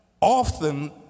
often